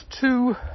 two